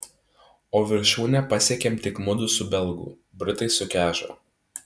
o viršūnę pasiekėm tik mudu su belgu britai sukežo